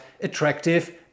attractive